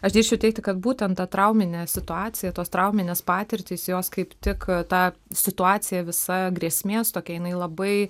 aš drįsčiau teigti kad būtent tą trauminę situaciją tos trauminės patirtys jos kaip tik tą situaciją visa grėsmės tokia jinai labai